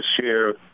share